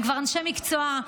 הם כבר אנשי מקצוע,